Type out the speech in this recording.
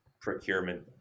procurement